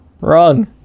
wrong